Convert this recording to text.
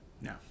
no